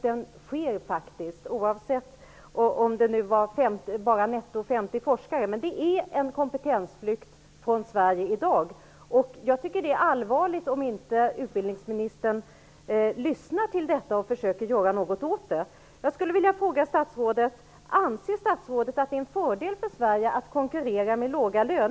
Det sker faktiskt en kompetensflykt från Sverige i dag, även om det bara handlar om 50 forskare. Det är allvarligt om inte utbildningsministern försöker göra något åt det.